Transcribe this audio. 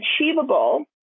achievable